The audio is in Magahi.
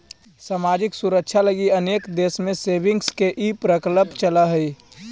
सामाजिक सुरक्षा लगी अनेक देश में सेविंग्स के ई प्रकल्प चलऽ हई